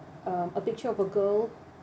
um a picture of a girl